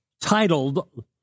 titled